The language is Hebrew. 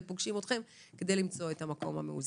פוגשים אתכם כדי למצוא את המקום המאוזן.